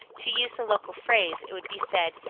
to use the local phrase, it would be said,